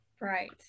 Right